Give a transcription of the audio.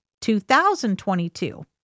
2022